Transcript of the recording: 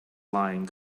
lying